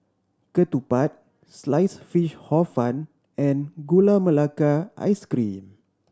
ketupat Sliced Fish Hor Fun and Gula Melaka Ice Cream